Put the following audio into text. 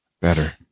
better